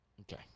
okay